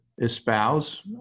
espouse